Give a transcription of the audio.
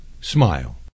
Smile